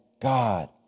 God